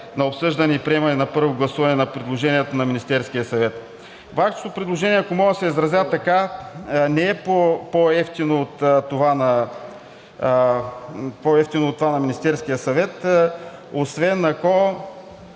на обсъждане и приемане на първо гласуване на предложението на Министерския съвет. Вашето предложение, ако мога да се изразя така, не е по евтино от това на Министерския съвет, освен ако